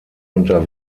unter